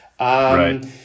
Right